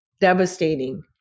devastating